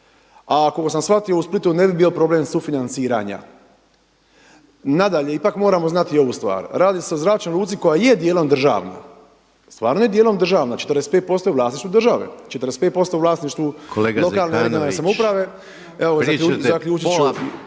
A koliko sam shvatio u Splitu ne bi bio problem sufinanciranja. Nadalje, ipak moramo znati i ovu stvar, radi se o zračnoj luci koja je dijelom državna, stvarno je dijelom državna, 45% je u vlasništvu države, 45% u vlasništvu lokalne i regionalne samouprave. Evo zaključiti